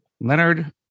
Leonard